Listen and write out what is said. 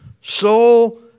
soul